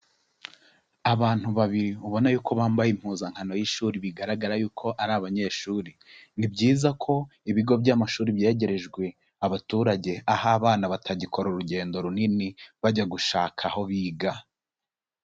Abantu babiri ubona yuko bambaye impuzankano y'ishuri bigaragara yuko ari abanyeshuri. Ni byiza ko ibigo by'amashuri byegerejwe abaturage, aho abana batagikora urugendo runini bajya gushaka aho biga.